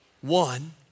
One